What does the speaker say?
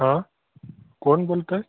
हां कोण बोलत आहे